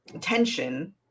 tension